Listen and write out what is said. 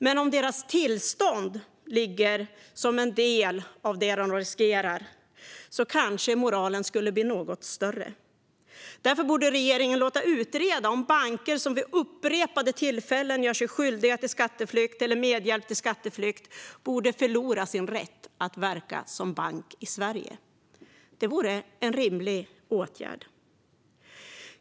Men om deras tillstånd ligger som en del i vad de riskerar kanske moralen skulle bli något högre. Därför borde regeringen låta utreda om banker som vid upprepade tillfällen gör sig skyldiga till skatteflykt eller medhjälp till skatteflykt bör förlora sin rätt att verka som bank i Sverige. Detta vore en rimlig åtgärd.